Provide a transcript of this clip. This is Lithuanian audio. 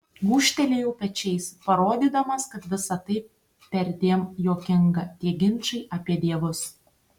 gūžtelėjau pečiais parodydamas kad visa tai perdėm juokinga tie ginčai apie dievus